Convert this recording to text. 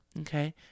okay